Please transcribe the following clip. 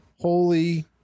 Holy